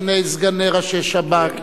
שני סגני ראשי שב"כ.